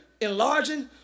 enlarging